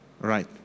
Right